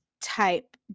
type